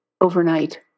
overnight